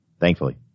thankfully